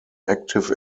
active